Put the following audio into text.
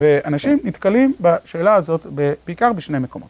ואנשים נתקלים בשאלה הזאת בעיקר בשני מקומות.